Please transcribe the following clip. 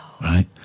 Right